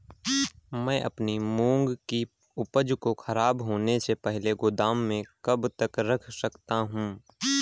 मैं अपनी मूंग की उपज को ख़राब होने से पहले गोदाम में कब तक रख सकता हूँ?